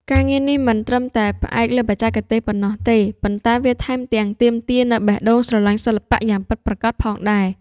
ការងារនេះមិនត្រឹមតែផ្អែកលើបច្ចេកទេសប៉ុណ្ណោះទេ ប៉ុន្តែវាថែមទាំងទាមទារនូវបេះដូងស្រឡាញ់សិល្បៈយ៉ាងពិតប្រាកដផងដែរ។